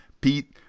pete